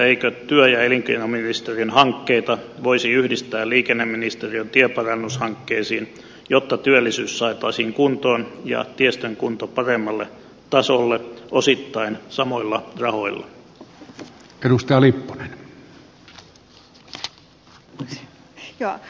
eikö työ ja elinkeinoministeriön hankkeita voisi yhdistää liikenneministeriön tienparannushankkeisiin jotta työllisyys saataisiin kuntoon ja tiestön kunto paremmalle tasolle osittain samoilla rahoilla